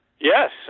Yes